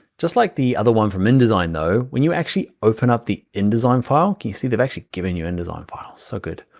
just like the other one from indesign, though, when you actually open up the indesign file, can you see, they've actually given you indesign files, so good.